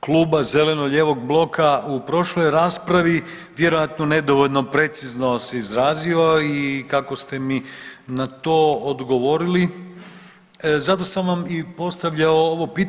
Kluba zeleno-lijevog bloka u prošloj raspravi vjerojatno nedovoljno precizno se izrazio i kako ste mi na to odgovorili, zato sam vam i postavljao ovo pitanje.